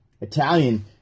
Italian